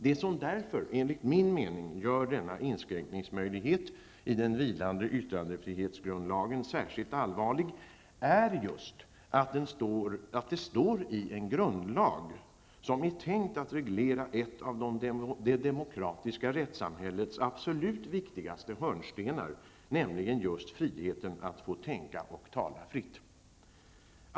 Det som därför, enligt min mening, gör denna inskränkningsmöjlighet i den vilande yttrandefrihetsgrundlagen särskilt allvarlig är just att den står i en grundlag som är tänkt att reglera ett av det demokratiska rättssamhällets absolut viktigaste hörnstenar, nämligen just friheten att få tänka och tala fritt.